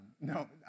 No